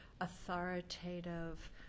authoritative